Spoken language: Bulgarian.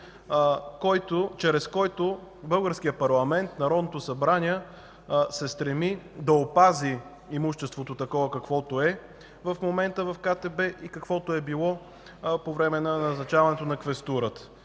чрез който българският парламент, Народното събрание се стреми да опази имуществото, каквото е в момента в КТБ и каквото е било по време на назначаването на квестурата.